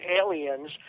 aliens